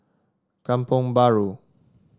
Kampong Bahru